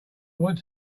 want